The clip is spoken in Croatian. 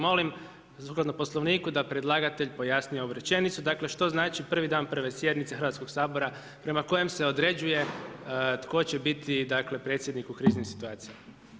Molim sukladno Poslovniku, da predlagatelj pojasni ovu rečenicu, dakle što znači prvi dan prve sjednice Hrvatskog sabora prema kojem se određuje tko će biti dakle predsjednik u kriznim situacijama.